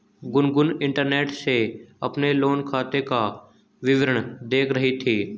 Gungun internet से अपने loan खाते का विवरण देख रही थी